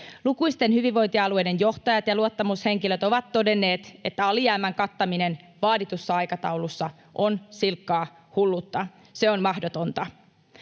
Lukuisten hyvinvointialueiden johtajat ja luottamushenkilöt ovat todenneet, että alijäämän kattaminen vaaditussa aikataulussa on silkkaa hulluutta, se on mahdotonta.